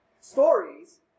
stories